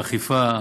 האכיפה,